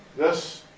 this,